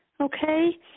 Okay